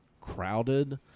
crowded